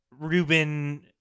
Ruben